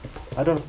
I don't